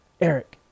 Eric